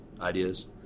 ideas